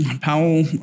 Powell